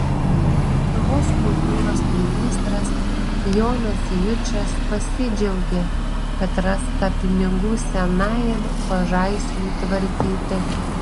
o lietuvos kultūros ministras jonas jučas pasidžiaugė kad rasta pinigų senajam pažaisliui tvarkyti